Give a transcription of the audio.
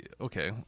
Okay